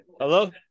Hello